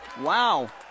Wow